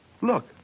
Look